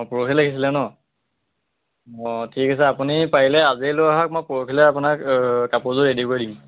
অঁ পৰহি লাগিছিল ন অঁ ঠিক আছে আপুনি পাৰিলে আজিয়েই লৈ আহক মই পৰহিলৈ আপোনাক কাপোৰযোৰ ৰেডি কৰি দিম